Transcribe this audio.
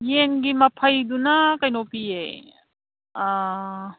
ꯌꯦꯟꯒꯤ ꯃꯐꯩꯗꯨꯅ ꯀꯩꯅꯣ ꯄꯤꯌꯦ